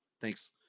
thanks